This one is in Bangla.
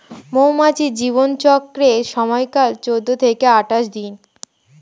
মৌমাছির জীবন চক্রের সময়কাল চৌদ্দ থেকে আঠাশ দিন